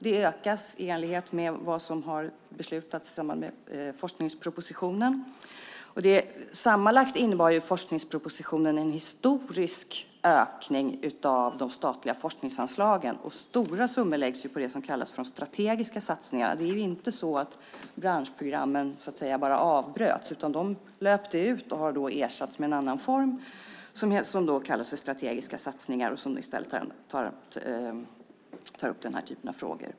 Det ökas i enlighet med vad som har beslutats i samband med forskningspropositionen. Sammanlagt innebar forskningspropositionen en historisk ökning av de statliga forskningsanslagen, och stora summor läggs på det som kallas strategiska satsningar. Det var inte så att branschprogrammen bara avbröts, utan de löpte ut och har ersatts med en annan form som kallas för strategiska satsningar och som tar upp den här typen av frågor.